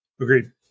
Agreed